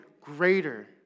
greater